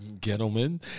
Gentlemen